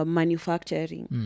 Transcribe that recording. manufacturing